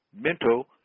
mental